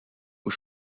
aux